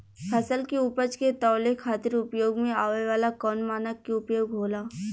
फसल के उपज के तौले खातिर उपयोग में आवे वाला कौन मानक के उपयोग होला?